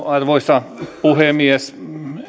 arvoisa puhemies